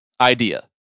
idea